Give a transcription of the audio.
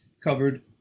covered